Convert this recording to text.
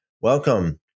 Welcome